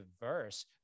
diverse